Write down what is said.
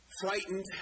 frightened